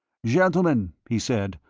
gentlemen, he said,